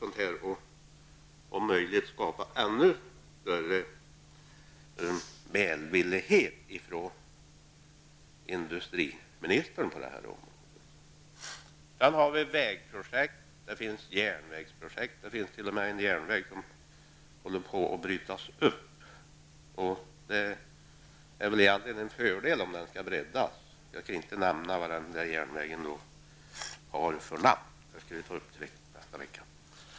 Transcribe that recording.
Det går kanske att framkalla ännu större välvillighet från industriministerns sida på det här området. Vi har vägprojekt och järnvägsprojekt. Man håller t.o.m. på att bryta upp en järnväg, och det är ju en fördel om den breddas. Jag skall inte här nämna namnet på järnvägen. Den frågan kommer att tas upp här nästa vecka.